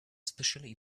especially